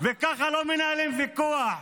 ככה לא מנהלים ויכוח.